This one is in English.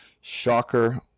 Shocker